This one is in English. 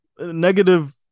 negative